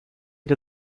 der